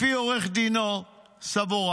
לפי עורך דינו סבוראי,